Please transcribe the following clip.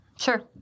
Sure